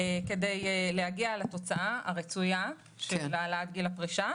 כדי להגיע לתוצאה הרצויה של העלאת גיל הפרישה.